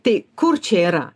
tai kur čia yra